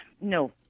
No